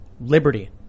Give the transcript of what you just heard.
Liberty